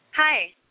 Hi